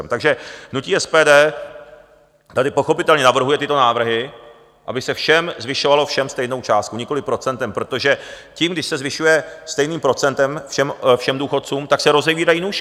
Takže hnutí SPD tady pochopitelně navrhuje tyto návrhy, aby se všem zvyšovalo stejnou částkou, nikoliv procentem, protože tím, když se zvyšuje stejným procentem všem důchodcům, tak se rozevírají nůžky.